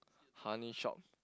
honey shop